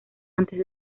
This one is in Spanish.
antes